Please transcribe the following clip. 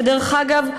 ודרך אגב,